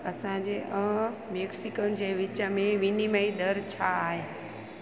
असांजे ऐं मेक्सिको जे विच में विनिमय दर छा आहे